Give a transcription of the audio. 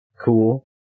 cool